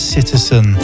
Citizen